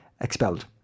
expelled